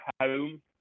home